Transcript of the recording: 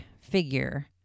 figure